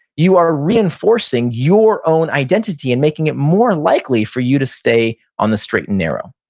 you are reinforcing your own identity and making it more likely for you to stay on the straight and narrow.